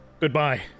Goodbye